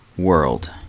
World